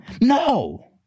no